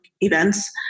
events